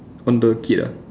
on the kid ah